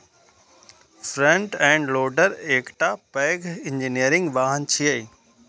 front end loader एकटा पैघ engineering वाहन छियै